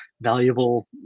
valuable